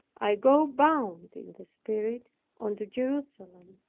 i go bound in the spirit unto jerusalem,